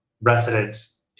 residents